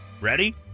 Ready